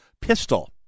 pistol